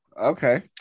Okay